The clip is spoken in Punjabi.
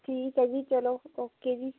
ਠੀਕ ਹੈ ਜੀ ਚਲੋ ਓਕੇ ਜੀ